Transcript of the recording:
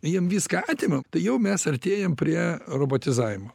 jiem viską atimam tai jau mes artėjam prie robotizavimo